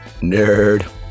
Nerd